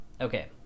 okay